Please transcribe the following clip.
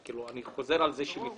אני חוזר על כך שמתעדים.